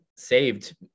saved